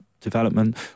development